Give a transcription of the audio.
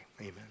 Amen